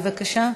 בבקשה.